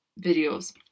videos